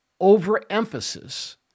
overemphasis